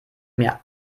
mir